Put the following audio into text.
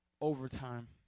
overtime